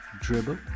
Dribble